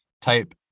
Type